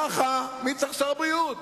ככה, מי צריך שר בריאות?